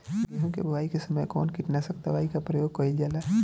गेहूं के बोआई के समय कवन किटनाशक दवाई का प्रयोग कइल जा ला?